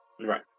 Right